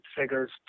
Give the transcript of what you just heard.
figures